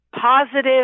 positive